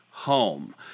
home